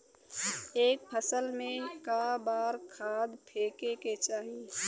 एक फसल में क बार खाद फेके के चाही?